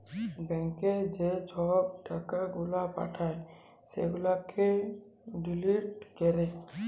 ব্যাংকে যে ছব টাকা গুলা পাঠায় সেগুলাকে ডিলিট ক্যরে